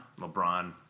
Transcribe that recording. LeBron